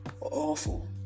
awful